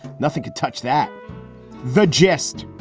nothing could touch that the geste.